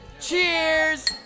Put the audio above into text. Cheers